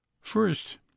First